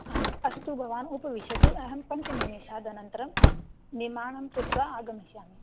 आम् अस्तु भवान् उपविशतु अहं पञ्चनिमेषादनन्तरं निर्माणं कृत्वा आगमिष्यामि